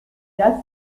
jazz